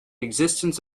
existence